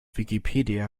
wikipedia